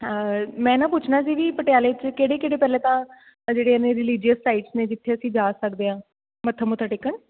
ਮੈਂ ਨਾ ਪੁੱਛਣਾ ਸੀ ਵੀ ਪਟਿਆਲੇ 'ਚ ਕਿਹੜੇ ਕਿਹੜੇ ਪਹਿਲੇ ਤਾਂ ਆ ਜਿਹੜੇ ਨੇ ਰਿਲੀਜ਼ੀਅਸ ਸਾਈਟਸ ਨੇ ਜਿੱਥੇ ਅਸੀਂ ਜਾ ਸਕਦੇ ਹਾਂ ਮੱਥਾ ਮੁੱਥਾ ਟੇਕਣ